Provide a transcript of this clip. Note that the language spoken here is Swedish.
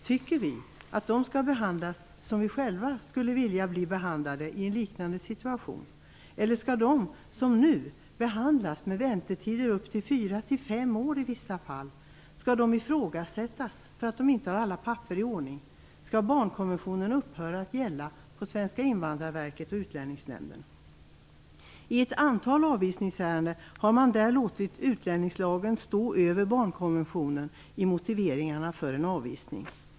Tycker vi att de skall behandlas som vi själva skulle vilja bli behandlade i liknande situation, eller skall de, som i vissa fall nu, behandlas med väntetider på upp till fyra fem år? Skall de ifrågasättas för att de inte har alla papper i ordning? Skall barnkonventionen upphöra att gälla på Statens invandrarverk och Utlänningsnämnden? I ett antal avvisningsärenden har man låtit utlänningslagen stå över barnkonventionen i motiveringarna för en avvisning.